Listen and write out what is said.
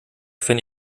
finde